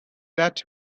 that